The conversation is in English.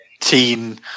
teen